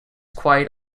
quite